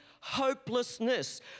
hopelessness